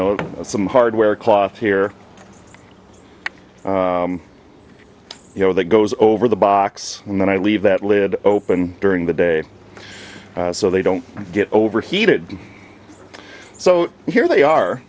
know some hardware cloth here you know that goes over the box and then i leave that lid open during the day so they don't get overheated so here they are